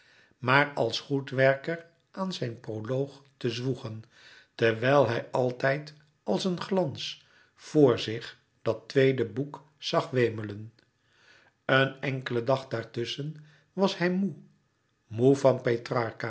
maar als goed werker aan zijn proloog te zwoegen terwijl hij altijd als een glans vr zich dat tweede boek zag wemelen een enkelen dag daartusschen was hij moê moê van